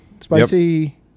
spicy